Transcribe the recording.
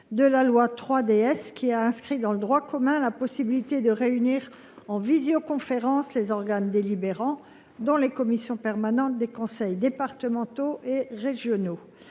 de l’action publique locale) qui prévoit la possibilité de réunir en visioconférence les organes délibérants, dont les commissions permanentes des conseils départementaux et régionaux.